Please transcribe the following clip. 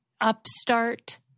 upstart